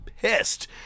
pissed